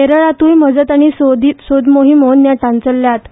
केरळातूय मजत आनी सोद मोहिमो नेटान चल्ल्यात